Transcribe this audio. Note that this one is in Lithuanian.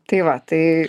tai va tai